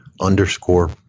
underscore